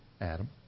Adam